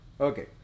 Okay